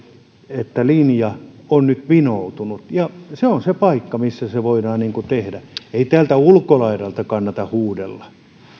että linja on nyt vinoutunut se on se paikka missä se voidaan tehdä ei täältä ulkolaidalta kannata huudella